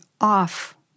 off